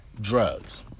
drugs